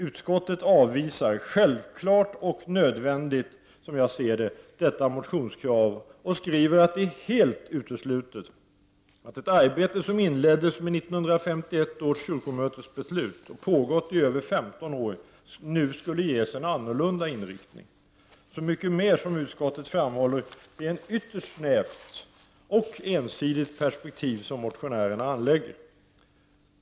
Utskottet avvisar — självfallet och nödvändigt som jag ser det — detta motionskrav och skriver att det är helt uteslutet att ett arbete som inleddes med 1951 års kyrkomötesbeslut och nu pågått i över 15 år, skulle ges annorlunda inriktning, så mycket mer, vilket utskottet framhållit, som det är ett ytterst snävt och ensidigt perspektiv som motionärerna anlägger.